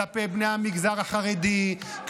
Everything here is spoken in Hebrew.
כלפי בני המגזר החרדי,